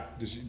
dus